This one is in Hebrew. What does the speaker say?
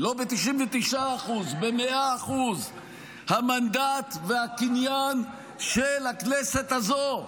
לא ב-99%, ב-100% המנדט והקניין של הכנסת הזאת,